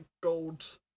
gold